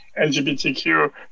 LGBTQ